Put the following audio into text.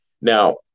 Now